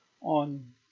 on